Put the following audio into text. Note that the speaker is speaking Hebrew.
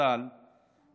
זיכרונו לברכה,